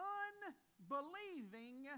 unbelieving